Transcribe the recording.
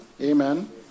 Amen